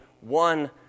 one